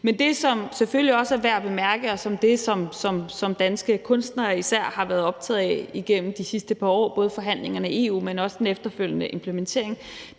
Men det, som selvfølgelig også er værd at bemærke, og som danske kunstnere især har været optaget af igennem de sidste par år, både i forbindelse med forhandlingerne med EU, men også den efterfølgende implementering,